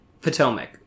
Potomac